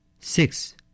Six